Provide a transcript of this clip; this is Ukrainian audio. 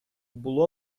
було